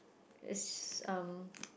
it's just um